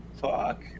fuck